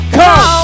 come